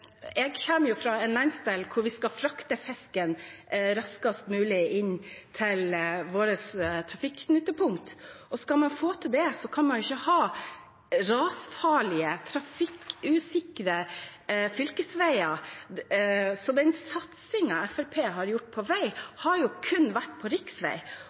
Jeg kommer fra en landsdel hvor vi skal frakte fisken raskest mulig inn til våre trafikknutepunkt. Skal man få til det, kan man ikke ha rasfarlige, trafikkfarlige fylkesveier. Den satsingen Fremskrittspartiet har gjort på vei, har kun vært på